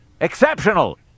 exceptional